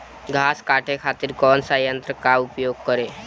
घास काटे खातिर कौन सा यंत्र का उपयोग करें?